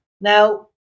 Now